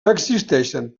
existeixen